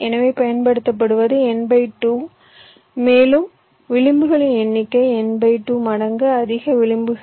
எனவே பயன்படுத்தப்படுவது n2 மேலும் விளிம்புகளின் எண்ணிக்கை n2 மடங்கு அதிக விளிம்புகள்